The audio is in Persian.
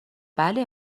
بله